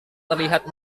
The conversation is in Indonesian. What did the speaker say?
terlihat